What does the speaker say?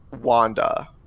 Wanda